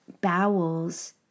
bowels